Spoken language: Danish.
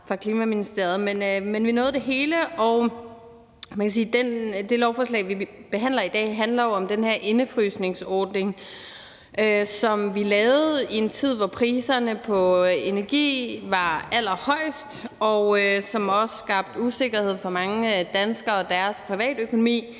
Men vi nåede det hele. Det lovforslag, vi behandler her, handler om den her indefrysningsordning, som vi lavede i en tid, hvor priserne på energi var allerhøjest. Det skabte usikkerhed for mange danskere og deres privatøkonomi,